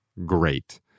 great